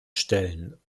stellen